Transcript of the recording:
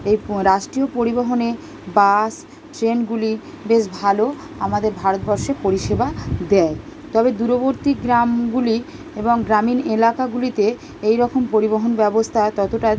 এর প রাষ্ট্রীয় পরিবহনে বাস ট্রেনগুলি বেশ ভালো আমাদের ভারতবর্ষে পরিষেবা দেয় তবে দূরবর্তী গ্রামগুলি এবং গ্রামীণ এলাকাগুলিতে এইরকম পরিবহন ব্যবস্থা ততটা